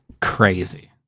Crazy